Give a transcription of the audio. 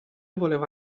voleva